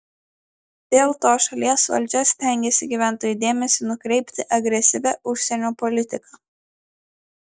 dėl to šalies valdžia stengiasi gyventojų dėmesį nukreipti agresyvia užsienio politika